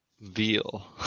Veal